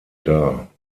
dar